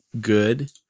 good